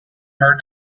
her